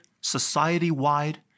society-wide